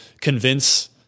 convince